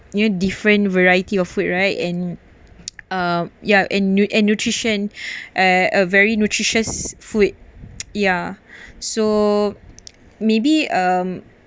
different variety of food right and uh yup and nut~ and nutrition uh a very nutritious food yeah so maybe um